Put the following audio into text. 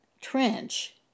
trench